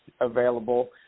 available